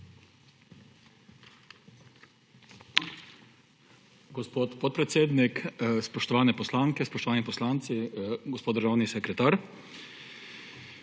Gospod podpredsednik, spoštovane poslanke, spoštovani poslanci, gospod državni sekretar!